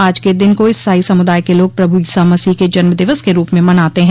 आज के दिन को इसाई समुदाय के लोग प्रभु ईसा मसीह के जन्मदिवस के रूप में मनाते हैं